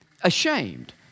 ashamed